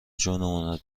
جونمون